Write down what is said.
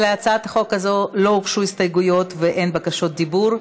להצעת החוק הזאת לא הוגשו הסתייגויות ואין בקשות דיבור,